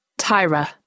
Tyra